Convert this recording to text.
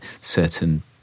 certain